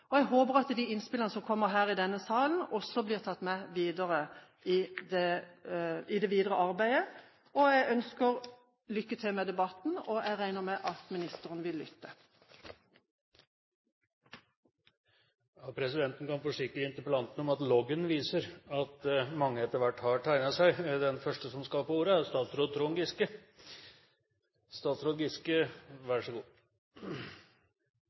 Jeg håper at de innspillene som kommer her i denne salen, også blir tatt med i det videre arbeidet. Jeg ønsker lykke til med debatten, og jeg regner med at ministeren vil lytte. Presidenten kan forsikre interpellanten om at loggen viser at mange etter hvert har tegnet seg.